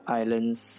islands